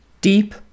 deep